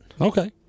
Okay